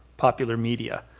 popular media.